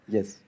Yes